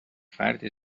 فرد